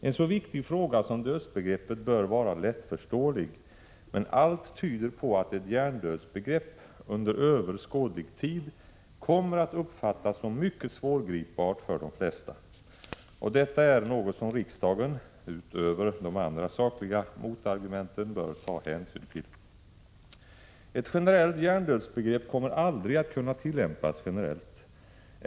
En så viktig fråga som dödsbegreppet bör vara lättförståelig, men allt tyder på att ett hjärndödsbegrepp under överskådlig tid kommer att uppfattas som mycket svårgripbart för de flesta. Och detta är något som riksdagen — utöver de andra sakliga motargumenten — bör ta hänsyn till. Ett generellt hjärndödsbegrepp kommer aldrig att kunna tillämpas generellt.